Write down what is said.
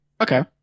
Okay